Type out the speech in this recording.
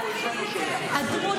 חבר הכנסת דוידסון,